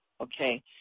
Okay